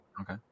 Okay